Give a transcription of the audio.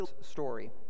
story